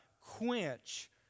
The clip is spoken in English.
quench